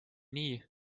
nii